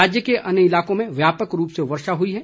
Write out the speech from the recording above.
राज्य के अन्य इलाकों में व्यापक रूप से वर्षा हुई है